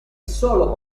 solo